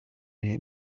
him